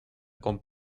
con